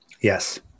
Yes